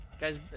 guys